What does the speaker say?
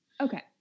Okay